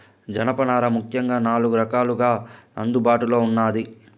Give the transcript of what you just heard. జనపనార ముఖ్యంగా నాలుగు రకాలుగా అందుబాటులో ఉన్నాది